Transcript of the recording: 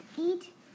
eat